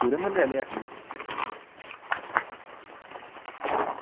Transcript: पूरे म्हल्लै आह्लें गी आक्खना